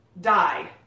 die